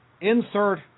insert